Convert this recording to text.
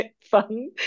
fun